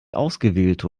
ausgewählte